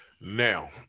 Now